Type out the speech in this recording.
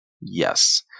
Yes